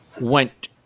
went